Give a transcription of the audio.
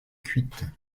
cuite